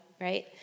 right